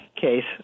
case